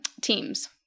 teams